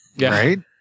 Right